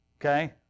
okay